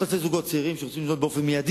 אלפי זוגות צעירים שרוצים לבנות מייד,